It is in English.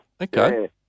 Okay